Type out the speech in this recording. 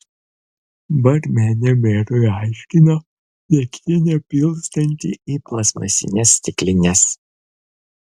barmenė merui aiškino degtinę pilstanti į plastmasines stiklines